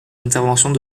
interventions